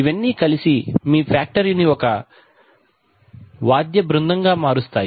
ఇవన్నీ కలిసి మీ ఫ్యాక్టరీ ని ఒక వాద్య బృందంగా మారుస్తాయి